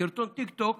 סרטון טיקטוק